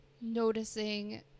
noticing